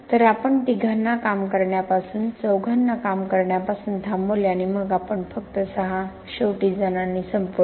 तर आपण तिघांना काम करण्यापासून चौघांना काम करण्यापासून थांबवले आणि आपण फक्त सहा शेवटी जणांनी संपवले